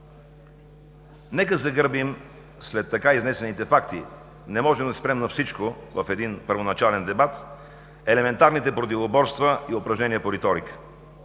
Нека загърбим, след така изнесените факти – не можем да се спрем на всичко в един първоначален дебат – елементарните противоборства и упражнения по риторика.